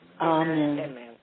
Amen